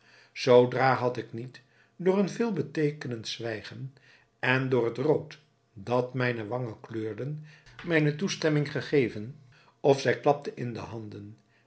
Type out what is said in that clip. zoodra had ik niet door een veel beteekenend zwijgen en door het rood dat mijne wangen kleurde mijne toestemming gegeven of zij klapte in de handen